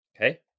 Okay